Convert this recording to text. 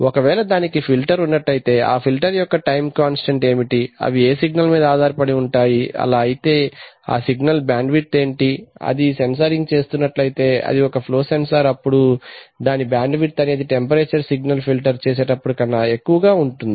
ఒకవేళ దానికి ఫిల్టర్ ఉన్నట్లయితే ఆ ఫిల్టర్ యొక్క టైమ్ కాంస్టంట్ ఏమిటి అవి ఏ సిగ్నల్ మీద ఆధారపడి ఉంటాయి అలా అయితే ఆ సిగ్నల్ బాండ్ విడ్త్ ఏమిటి అది సెన్సారింగ్ చేస్తున్నట్లైతే అది ఒక ఫ్లో సెన్సార్ అప్పుడు దాని బాండ్ విడ్త్ అనేది టెంపరేచర్ సిగ్నల్ ఫిల్టర్ చేసేటప్పుడు కన్నా ఎక్కువగా ఉంతుంది